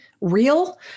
real